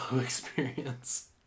experience